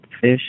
fish